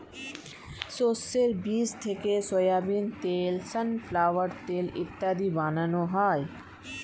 শস্যের বীজ থেকে সোয়াবিন তেল, সানফ্লাওয়ার তেল ইত্যাদি বানানো হয়